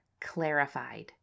clarified